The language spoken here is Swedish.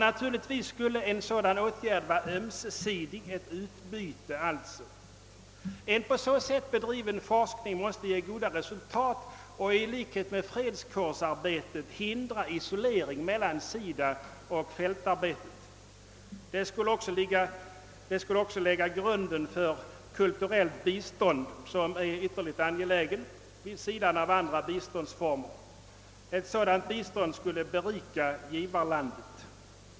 Naturligtvis skulle en sådan åtgärd vara ömsesidig, så att det alltså bleve fråga om ett utbyte. En på så sätt bedriven forskning måste ge goda resultat och i likhet med fredskårsarbetet hindra isolering mellan SIDA och fältverksamheten. Det skulle också lägga grunden till ett ytterligt angeläget kulturellt bistånd vid sidan av andra biståndsformer. Ett sådant bistånd skulle uppenbarligen berika givarlandet.